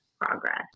progress